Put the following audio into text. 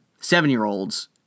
seven-year-olds